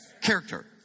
Character